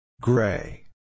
Gray